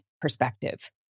perspective